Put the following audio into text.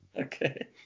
Okay